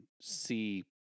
see